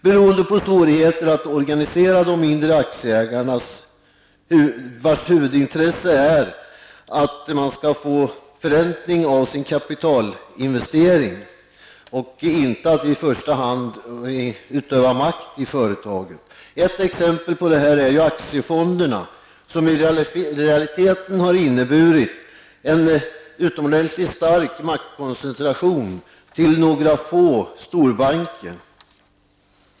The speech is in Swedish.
Detta beror på svårigheterna att organisera de mindre aktieägarna, vilkas huvudintresse är förräntning av sin kapitalinvestering och inte i första hand att utöva makt i företaget. Ett exempel på detta är aktiefonderna, vilka i realiteten har inneburit en utomordentligt stark maktkoncentration till några få storbanker.